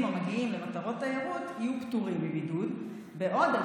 המגיעים למטרות תיירות יהיו פטורים מבידוד בעוד על